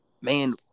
man